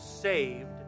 saved